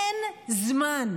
אין זמן.